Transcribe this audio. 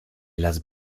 las